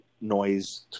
noise